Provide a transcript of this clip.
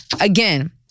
Again